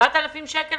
7,000 שקל,